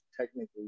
technically